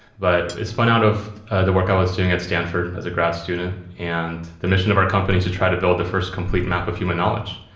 but it spun out of the work i was doing at stanford as a grad student. and the mission of our company is to try to build the first complete map of human knowledge.